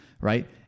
Right